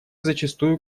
зачастую